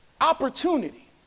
Opportunity